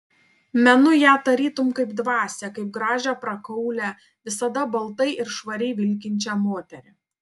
menu ją tarytum kaip dvasią kaip gražią prakaulią visada baltai ir švariai vilkinčią moterį